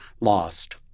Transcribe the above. lost